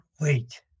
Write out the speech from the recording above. wait